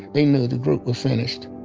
they knew the group was finished